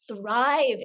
thrive